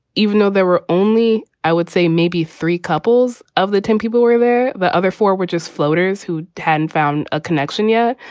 even though there were only i would say maybe three couples of the ten people were there, the other four were just floaters who hadn't found a connection yeah.